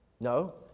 No